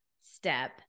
step